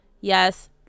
yes